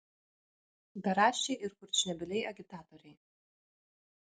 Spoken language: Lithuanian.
beraščiai ir kurčnebyliai agitatoriai